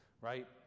right